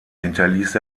hinterließ